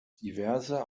diverse